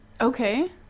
Okay